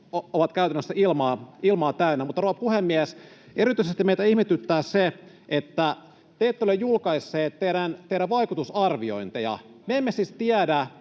ovat käytännössä ilmaa täynnä. Rouva puhemies! Erityisesti meitä ihmetyttää se, että te ette ole julkaisseet teidän vaikutusarviointejanne. Me emme siis tiedä,